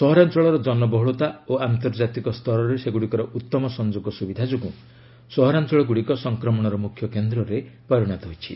ସହରାଞ୍ଚଳର କନବହୁଳତା ଓ ଆନ୍ତର୍ଜାତିକ ସ୍ତରରେ ସେଗୁଡ଼ିକର ଉତ୍ତମ ସଂଯୋଗ ସୁବିଧା ଯୋଗୁଁ ସହରାଞ୍ଚଳଗୁଡ଼ିକ ସଂକ୍ରମଣର ମ୍ରଖ୍ୟକେନ୍ଦ୍ରରେ ପରିଣତ ହୋଇଛି